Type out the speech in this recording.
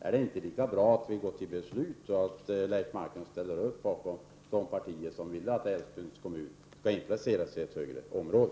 Är det inte lika bra att vi går till beslut och att Leif Marklund ställer upp bakom de partier som vill att Älvsbyns kommun skall inplaceras i ett högre stödområde?